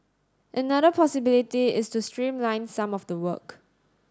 another possibility is to streamline some of the work